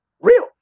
real